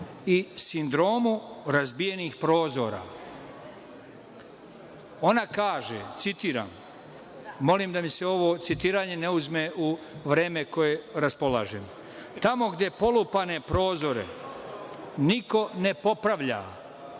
i sindromu razbijenih prozora. Ona kaže, citiram, molim da mi se ovo citiranje ne uzme u vreme kojim raspolažem. „Tamo gde polupane prozore niko ne popravlja,